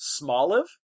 Smoliv